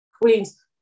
queens